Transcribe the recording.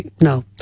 no